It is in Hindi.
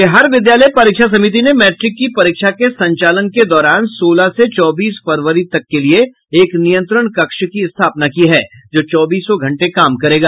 बिहार विद्यालय परीक्षा समिति ने मैट्रिक की परीक्षा के संचालन के दौरान सोलह से चौबीस फरवरी तक के लिये एक नियंत्रण कक्ष की स्थापना की है जो चौबीस घंटे काम करेगा